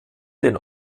den